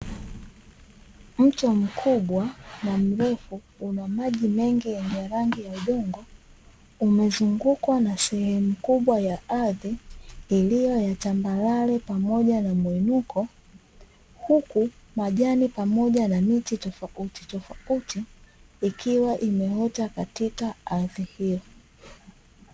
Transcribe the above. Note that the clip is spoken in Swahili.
Mto mkubwa na mrefu wenye maji mengi yenye rangi ya udongo umezungukwa na sehemu kubwa ya ardhi Iliyo ya tambarare pamoja na mwinuko huku majani pamoja na miti tofauti tofauti ikiwa imeota katika ardhi hiyo.